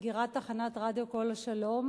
בסגירת תחנת הרדיו "כל השלום",